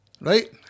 Right